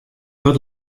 dat